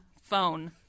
phone